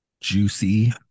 Juicy